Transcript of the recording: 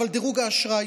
אבל דירוג האשראי.